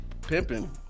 pimping